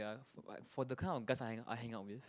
ya f~ but f~ for the kind of guys I hang ou~ i hang out with